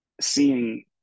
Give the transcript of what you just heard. seeing